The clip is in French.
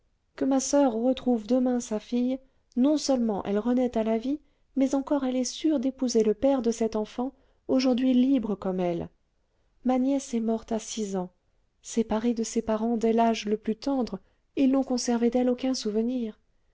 que ma soeur retrouve demain sa fille non-seulement elle renaît à la vie mais encore elle est sûre d'épouser le père de cet enfant aujourd'hui libre comme elle ma nièce est morte à six ans séparée de ses parents dès l'âge le plus tendre ils n'ont conservé d'elle aucun souvenir